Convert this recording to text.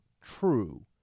true